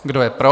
Kdo je pro?